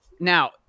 Now